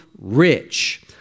rich